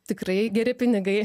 tikrai geri pinigai